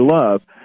love